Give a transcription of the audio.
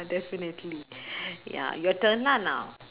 definitely ya your turn lah now